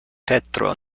petro